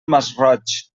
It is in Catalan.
masroig